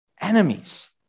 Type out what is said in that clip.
enemies